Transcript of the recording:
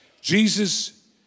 Jesus